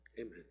Amen